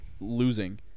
losing